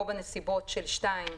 או בנסיבות של (2),